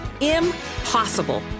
Impossible